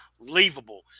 Unbelievable